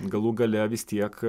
galų gale vis tiek